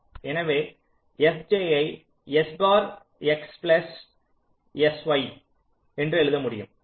எனவே fj I S bar x plus s y என்று எழுத முடியும்